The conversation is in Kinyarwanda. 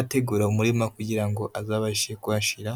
ategura umurima kugira ngo azabashe kuhashira...